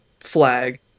flag